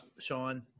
Sean